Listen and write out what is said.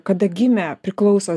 kada gimė priklauso